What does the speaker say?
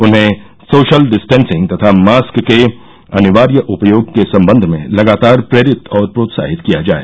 उन्हें social distancing तथा mask के अनिवार्य उपयोग के सम्बन्ध में लगातार प्रेरित और प्रोत्साहित किया जाए